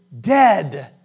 dead